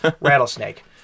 rattlesnake